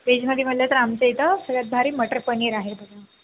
वेजमध्ये म्हणलं तर आमच्या इथं सगळ्यात भारी मटर पनीर आहे बघा